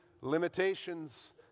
limitations